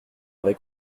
avec